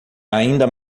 ainda